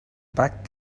back